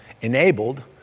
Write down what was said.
enabled